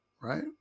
right